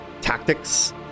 tactics